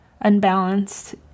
unbalanced